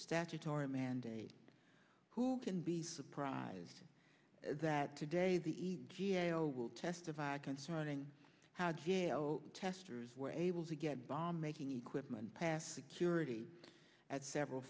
statutory mandate who can be surprised that today the g a o will testify concerning how g a o testers were able to get bomb making equipment past security at several